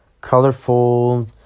colorful